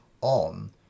on